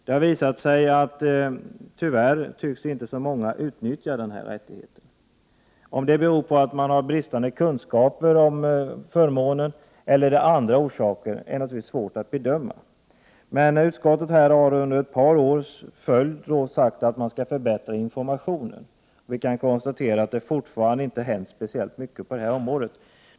Det har visat sig att tyvärr inte så många utnyttjar denna rättighet. Om det beror på bristande kunskaper eller om det är andra orsaker är naturligtvis svårt att bedöma. Utskottet har under ett par år sagt att man skall förbättra informationen. Vi kan nu konstatera att det forfarande inte hänt speciellt mycket där.